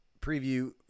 preview